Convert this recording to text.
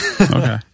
Okay